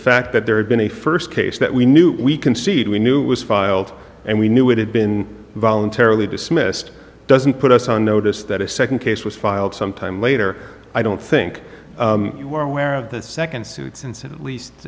fact that there had been a first case that we knew we concede we knew it was filed and we knew it had been voluntarily dismissed doesn't put us on notice that a second case was filed sometime later i don't think you were aware of that second suit since at least